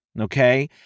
okay